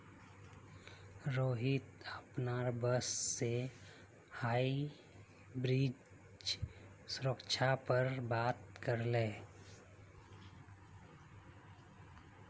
रोहित अपनार बॉस से हाइब्रिड सुरक्षा पर बात करले